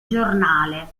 giornale